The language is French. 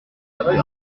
tapé